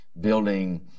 building